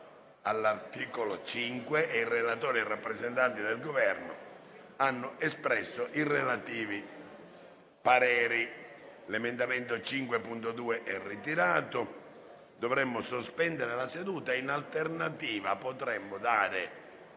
all'articolo 5 e il relatore e il rappresentante del Governo hanno espresso i relativi pareri. A questo punto dovremmo sospendere la seduta o, in alternativa, potremmo